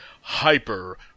hyper